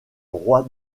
roi